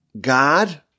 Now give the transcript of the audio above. God